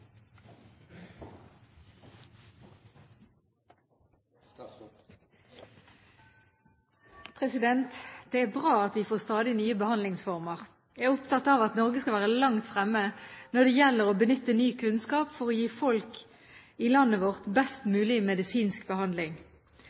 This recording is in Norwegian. talemåter. Det er bra at vi får stadig nye behandlingsformer. Jeg er opptatt av at Norge skal være langt fremme når det gjelder å benytte ny kunnskap for å gi folk i landet vårt best mulig medisinsk behandling.